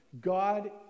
god